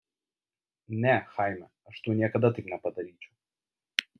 ne chaime aš tau niekada taip nepadaryčiau